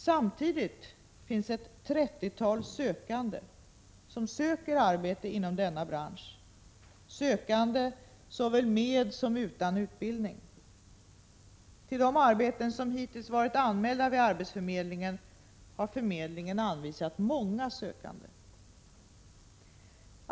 Samtidigt finns det ett 30-tal sökande som söker arbete inom denna bransch, sökande såväl med som utan utbildning. Till de arbeten som hittills varit anmälda vid arbetsförmedlingen har förmedlingen anvisat många sökande.